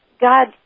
God